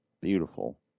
beautiful